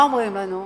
מה אומרים לנו?